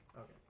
Okay